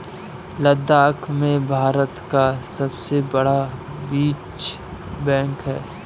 लद्दाख में भारत का सबसे बड़ा बीज बैंक है